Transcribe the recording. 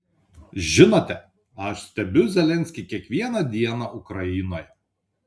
žinote aš stebiu zelenskį kiekvieną dieną ukrainoje